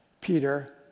Peter